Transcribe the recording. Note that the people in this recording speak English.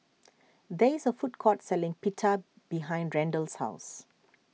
there is a food court selling Pita behind Randal's house